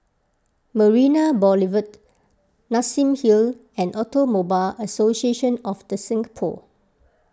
Marina Boulevard Nassim Hill and Automobile Association of the Singapore